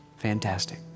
fantastic